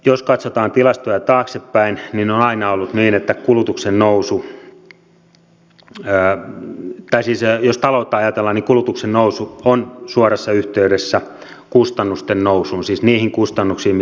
jos katsotaan tilastoja taaksepäin niin on aina ollut niin jos taloutta ajatellaan että kulutuksen nousu on suorassa yhteydessä kustannusten nousuun siis niihin kustannuksiin mitä yhteiskunnalle tulee